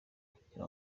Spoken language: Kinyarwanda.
kugira